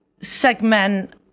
segment